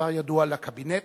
הדבר ידוע לקבינט,